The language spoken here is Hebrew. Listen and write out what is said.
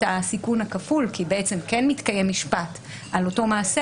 הסיכון הכפול כי בעצם כן מתקיים משפט על אותו מעשה,